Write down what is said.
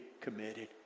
committed